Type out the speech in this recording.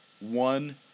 One